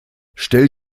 stell